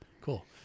Cool